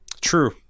True